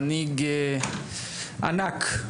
מנהיג ענק,